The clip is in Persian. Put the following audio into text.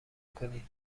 کنید